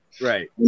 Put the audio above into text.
Right